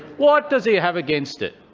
what does he have against it?